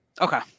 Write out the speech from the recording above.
Okay